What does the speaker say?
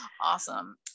Awesome